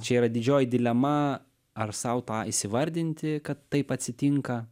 čia yra didžioji dilema ar sau tą įsivardinti kad taip atsitinka